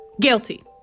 Guilty